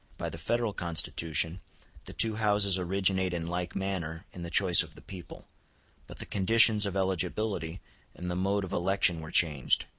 by the federal constitution the two houses originate in like manner in the choice of the people but the conditions of eligibility and the mode of election were changed,